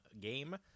game